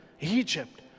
Egypt